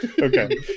Okay